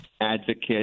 advocate